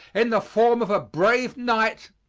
in the form of a brave knight,